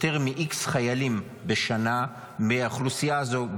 יותר מאיקס חיילים בשנה מהאוכלוסייה הזו,